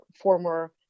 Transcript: former